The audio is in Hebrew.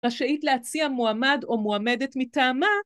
רשאית להציע מועמד או מועמדת מטעמה.